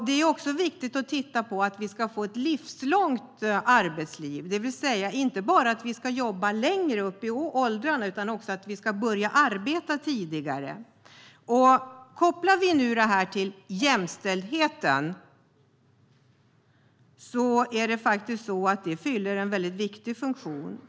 Det är dessutom viktigt att vi får ett livslångt arbetsliv, det vill säga inte bara att vi arbetar längre upp i åldrarna utan också att vi börjar arbeta tidigare. Om vi kopplar det till jämställdheten ser vi att det fyller en mycket viktig funktion.